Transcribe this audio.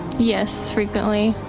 yes, frequently.